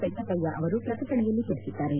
ಪೆದ್ದಪಯ್ಯ ಅವರು ಪ್ರಕಟಣೆಯಲ್ಲಿ ತಿಳಿಸಿದ್ದಾರೆ